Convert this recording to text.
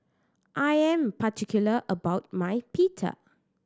I am particular about my Pita